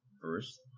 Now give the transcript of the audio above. First